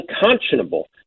unconscionable